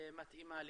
מתאימה לכולנו.